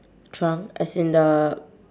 trunk as in the